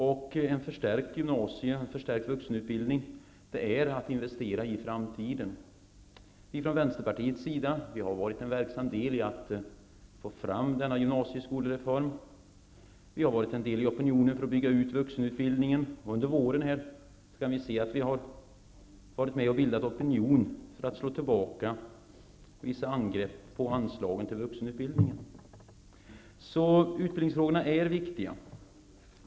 Att förstärka gymnasie och vuxenutbildningen är att investera i framtiden. Vi har från Vänsterpartiets sida varit verksamma i arbetet med att få fram gymnasieskolreformen. Vi har varit en del av opinionen för att bygga ut vuxenutbildningen. Under våren har vi varit med och bildat opinion för att slå tillbaka vissa angrepp på anslagen till vuxenutbildningen. Utbildningsfrågorna är viktiga.